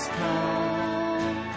come